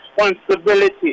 responsibility